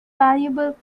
valuable